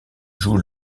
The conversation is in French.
joue